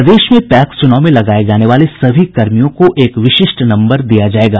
प्रदेश में पैक्स चुनाव में लगाये जाने वाले सभी कर्मियों को एक विशिष्ट नम्बर दिया जायेगा